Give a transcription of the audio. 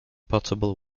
potable